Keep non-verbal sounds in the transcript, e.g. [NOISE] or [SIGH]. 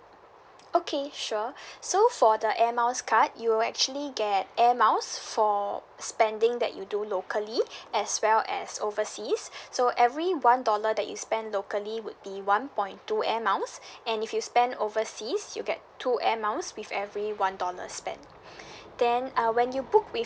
okay sure [BREATH] so for the air miles card you'll actually get air miles for spending that you do locally as well as overseas so every one dollar that you spend locally would be one point two air miles and if you spend overseas you get two air miles with every one dollar spent then uh when you book with